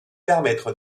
permettre